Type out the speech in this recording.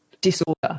disorder